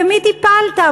במי טיפלת?